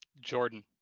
Jordan